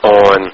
on